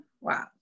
wow